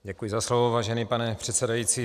Děkuji za slovo, vážený pane předsedající.